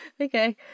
okay